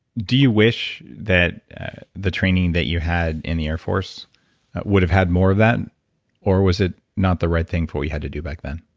do you wish that the training that you had in the air force would have had more of or was it not the right thing for you had to do back then?